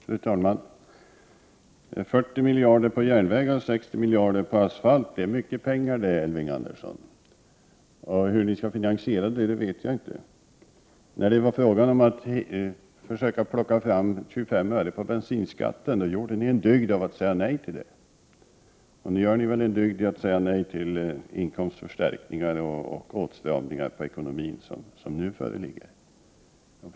Fru talman! 40 miljarder på järnvägar och 60 miljarder på asfalt, det är mycket pengar, Elving Andersson. Hur ni skall finansiera det vet jag inte. När det var fråga om att höja bensinskatten med 25 öre gjorde ni en dygd av att säga nej till det förslaget. Och nu gör ni väl en dygd av att säga nej till de förslag om inkomstförstärkningar och åtstramningar i ekonomin som föreligger.